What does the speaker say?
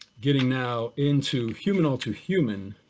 getting now into human all too human,